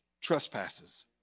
trespasses